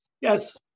Yes